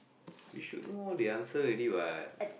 you should know the answer already what